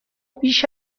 بیش